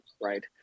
right